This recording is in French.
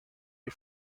les